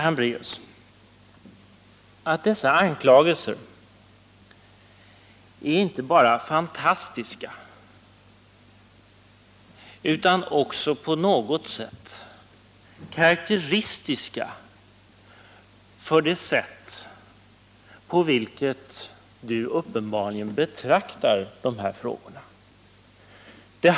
Jag måste säga att dessa anklagelser är inte bara fantastiska utan också på något sätt karakteristiska för Birgitta Hambraeus betraktelsesätt när det gäller de här frågorna.